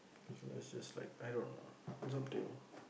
so this is like I don't know it's up to you